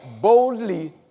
boldly